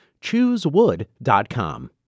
Choosewood.com